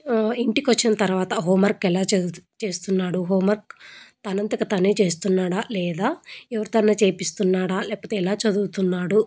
ఇంటికి వచ్చిన తర్వాత హోమ్వర్క్ ఎలా చదు చేస్తున్నాడు హోమ్వర్క్ తనంతట తనే చేస్తున్నాడా లేదా ఎవరితో అన్నా చేయిస్తున్నాడా లేకపోతే ఎలా చదువుతున్నాడు